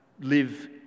live